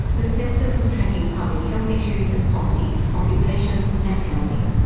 the census was tracking public health issues and poverty, occupation and housing.